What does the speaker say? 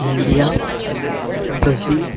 India Brazil